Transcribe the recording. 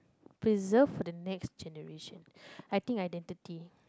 preserve for the next generation I think identity